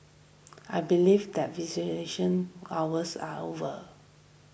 I believe that visitation hours are over